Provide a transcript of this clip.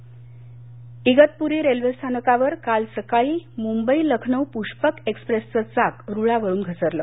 railway अपघात Igatpuri railway स्थानकावर काल सकाळी मुंबई लखनऊ पृष्पक एक्सप्रेसचं चाक रुळावरुन घसरलं